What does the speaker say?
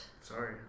Sorry